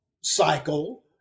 cycle